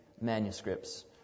manuscripts